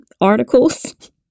articles